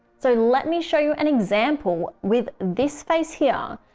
so let me show you an example with this face here.